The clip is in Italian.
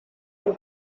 del